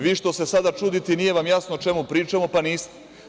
Vi što se sada čudite i nije vam jasno o čemu pričamo, pa niste.